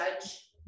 judge